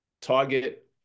Target